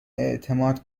اعتماد